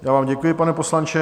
Já vám děkuji, pane poslanče.